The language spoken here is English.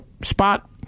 spot